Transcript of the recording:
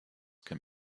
can